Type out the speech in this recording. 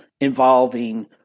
involving –